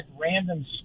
random